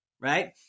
right